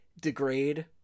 degrade